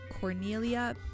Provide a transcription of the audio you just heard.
Cornelia